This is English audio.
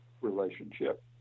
relationship